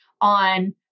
on